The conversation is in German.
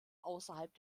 ausserhalb